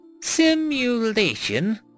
Simulation